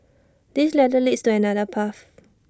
this ladder leads to another path